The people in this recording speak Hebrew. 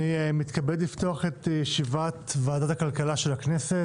אני מתכבד לפתוח את ישיבת ועדת הכלכלה של הכנסת.